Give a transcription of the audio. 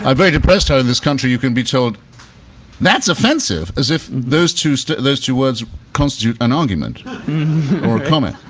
um very depressed that in this country you can be told that's offensive as if those two so those two words constitute an argument or comment,